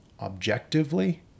objectively